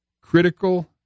critical